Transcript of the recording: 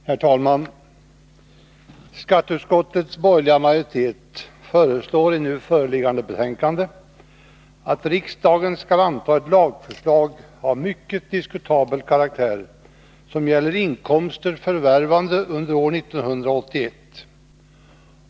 Herr talman! Skatteutskottets borgerliga majoritet föreslår i nu föreliggande betänkande att riksdagen skall anta ett lagsförslag av mycket diskutabel karaktär som gäller inkomster förvärvade under 1981.